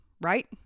right